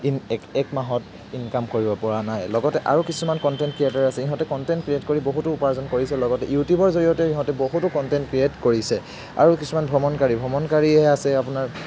in এক এমাহত income কৰিবপৰা নাই লগতে আৰু কিছুমান কন্টেন্ট ক্ৰিয়েটৰ আছে ইহঁতে কণ্টেন্ট ক্ৰিয়েট কৰি বহুতো উপাৰ্জন কৰিছে লগতে ইউটিউবৰ জৰিয়তেও ইহঁতে বহুতো কন্টেন্ট ক্ৰিয়েট কৰিছে আৰু কিছুমান ভ্ৰমণকাৰী ভ্ৰমণকাৰী হে আছে আপোনাৰ